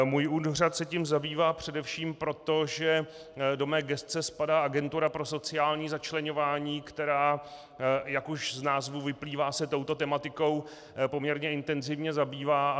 Můj úřad se tím zabývá především proto, že do mé gesce spadá Agentura pro sociální začleňování, která, jak už z názvu vyplývá, se touto tematikou poměrně intenzivně zabývá.